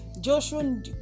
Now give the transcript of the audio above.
Joshua